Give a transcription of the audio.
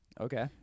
okay